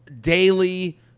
daily